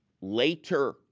later